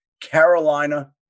Carolina